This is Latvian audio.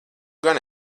gan